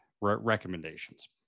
recommendations